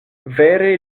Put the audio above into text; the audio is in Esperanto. vere